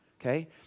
Okay